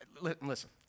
listen